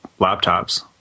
laptops